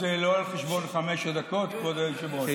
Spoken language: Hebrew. זה לא על חשבון חמש הדקות, כבוד היושב-ראש?